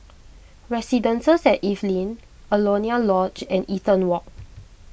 Residences at Evelyn Alaunia Lodge and Eaton Walk